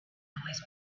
always